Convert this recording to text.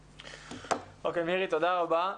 אוקיי, מירי, תודה רבה.